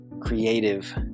creative